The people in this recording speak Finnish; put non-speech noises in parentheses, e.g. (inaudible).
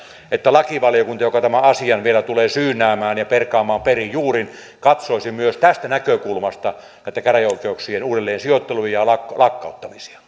että lakivaliokunta joka tämän asian vielä tulee syynäämään ja perkaamaan perin juurin katsoisi myös tästä näkökulmasta näitten käräjäoikeuksien uudelleensijoitteluja ja lakkauttamisia (unintelligible)